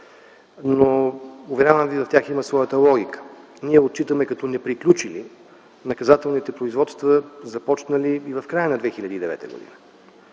но, уверявам ви, те имат своята логика. Ние отчитаме като неприключили наказателните производства, започнали и в края на 2009 г.